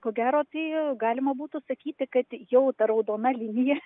ko gero tai galima būtų sakyti kad jau ta raudona linija